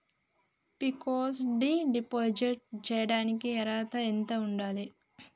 Fix డ్ deposit చేయటానికి అర్హత ఎంత ఉండాలి?